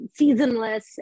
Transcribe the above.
seasonless